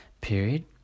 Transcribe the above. period